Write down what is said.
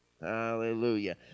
Hallelujah